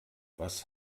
was